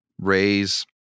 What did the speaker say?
raise